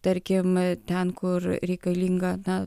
tarkim ten kur reikalinga na